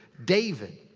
david